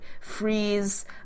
freeze